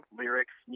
lyrics